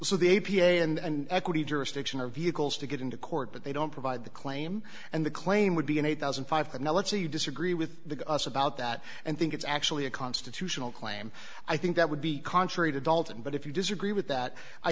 so the a p a and equity jurisdiction are vehicles to get into court but they don't provide the claim and the claim would be an eight thousand and five dollars now let's say you disagree with us about that and think it's actually a constitutional claim i think that would be contrary to dalton but if you disagree with that i